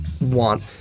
want